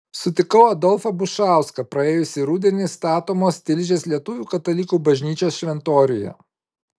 sutikau adolfą bušauską praėjusį rudenį statomos tilžės lietuvių katalikų bažnyčios šventoriuje